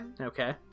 Okay